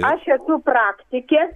aš esu praktikė